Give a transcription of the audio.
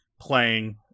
playing